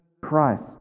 Christ